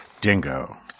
DINGO